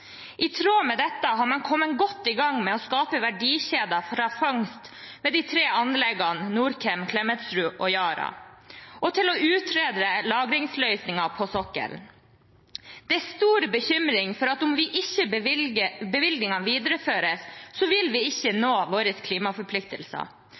I tråd med dette har man kommet godt i gang med å skape verdikjeder fra fangst ved de tre anleggene – Norcem, Klemetsrud og Yara – til å utrede lagringsløsninger på sokkelen. Det er stor bekymring for at vi ikke vil nå våre klimaforpliktelser om ikke bevilgningen videreføres.